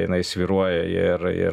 jinai svyruoja ir ir